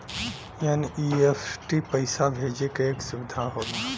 NEFT पइसा भेजे क एक सुविधा होला